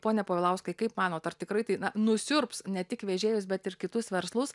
pone povilauskai kaip manot ar tikrai tai na nusiurbs ne tik vežėjus bet ir kitus verslus